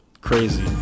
crazy